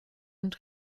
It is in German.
und